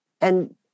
and-